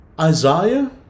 Isaiah